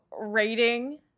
rating